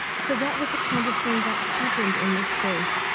so that was the kind of thing that happened in this space.